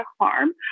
harm